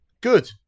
Good